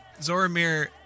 Zoramir